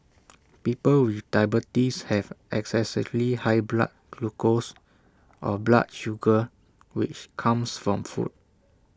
people with diabetes have excessively high blood glucose or blood sugar which comes from food